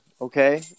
okay